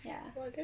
ya